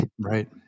Right